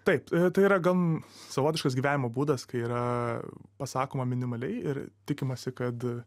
taip tai yra gan savotiškas gyvenimo būdas kai yra pasakoma minimaliai ir tikimasi kad